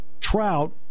Trout